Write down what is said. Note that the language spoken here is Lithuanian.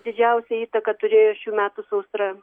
didžiausią įtaką turėjo šių metų sausra